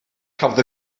cafodd